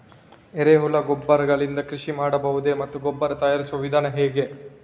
ಎರೆಹುಳು ಗೊಬ್ಬರ ಗಳಿಂದ ಕೃಷಿ ಮಾಡಬಹುದೇ ಮತ್ತು ಗೊಬ್ಬರ ತಯಾರಿಸುವ ವಿಧಾನ ಹೇಗೆ?